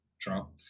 Trump